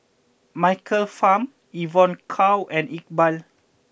Michael Fam Evon Kow and Iqbal